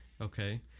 okay